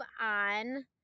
on